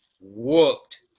whooped